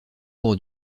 pour